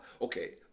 okay